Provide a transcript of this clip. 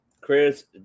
Chris